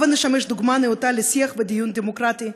הבה נשמש דוגמה נאותה לשיח ודיון דמוקרטי,